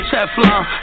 Teflon